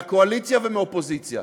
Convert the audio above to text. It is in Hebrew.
מהקואליציה ומהאופוזיציה.